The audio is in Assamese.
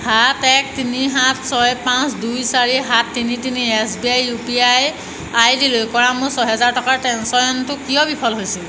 সাত এক তিনি সাত ছয় পাঁচ দুই চাৰি সাত তিনি তিনি S B I U P I ID লৈ কৰা মোৰ ছয় হাজাৰ টকাৰ ট্ৰেঞ্জেকশ্যনটো কিয় বিফল হৈছিল